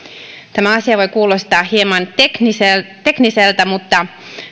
tämä asia voi kuulostaa hieman tekniseltä tekniseltä mutta